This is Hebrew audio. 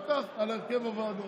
ואחר כך הרכב הוועדות.